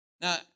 Now